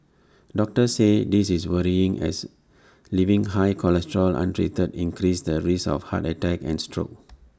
doctors say this is worrying as leaving high cholesterol untreated increases the risk of heart attacks and strokes